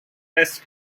best